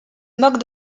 moque